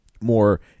more